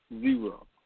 Zero